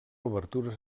obertures